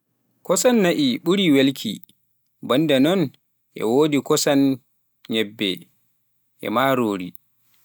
kosan nae ɓuri welki, banda noon e wodi kosan nyebbe, marori.